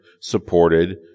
supported